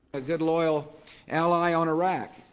a good loyal ally on iraq.